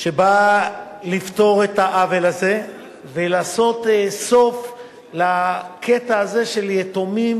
שבאה לפתור את העוול הזה ולעשות סוף לקטע הזה של יתומים,